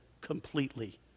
completely